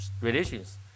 relations